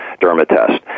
Dermatest